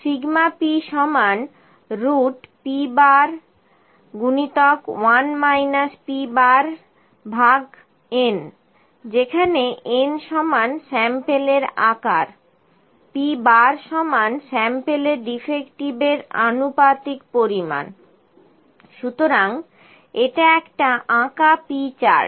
p p n যেখানে n স্যাম্পেলের আকার p স্যাম্পেলে ডিফেক্টিভ এর আনুপাতিক পরিমাণ সুতরাং এটা একটা আঁকা P চার্ট